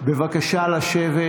בבקשה לשבת.